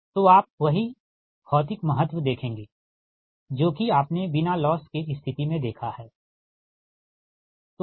तो आप वही भौतिक महत्व देखेंगे जो कि आपने बिना लॉस के स्थिति में देखा है ठीक